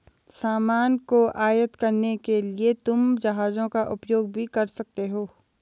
सामान को आयात करने के लिए तुम जहाजों का उपयोग भी कर सकते हो